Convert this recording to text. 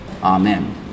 Amen